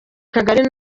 kagari